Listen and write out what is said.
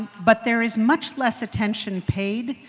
but there is much less attention paid,